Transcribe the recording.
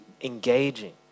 engaging